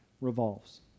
revolves